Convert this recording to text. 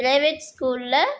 private ஸ்கூலில்